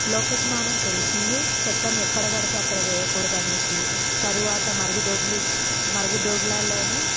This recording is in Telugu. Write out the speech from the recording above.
లోకజ్ఞానం తెలిసింది చెత్తని ఎక్కడబడితే అక్కడ వేయకూడదనేసి తరువాత మరుగుదొడ్లి మరుగుదొడ్లలోనే